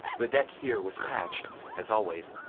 the deck here was patched as always,